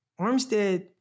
Armstead